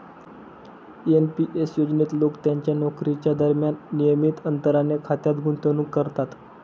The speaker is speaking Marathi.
एन.पी एस योजनेत लोक त्यांच्या नोकरीच्या दरम्यान नियमित अंतराने खात्यात गुंतवणूक करतात